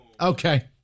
Okay